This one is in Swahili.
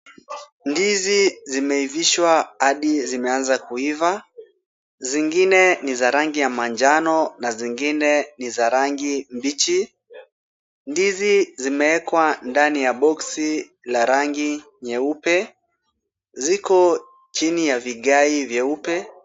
Ndizi zimeivishwa hadi zimeanza kuiva ,zingine ni za rangi ya manjano na zingine ni za rangi mbichi, ndizi zimeekwa ndani ya boksi la rangi nyeupe . ziko chini ya vigai vyeupe.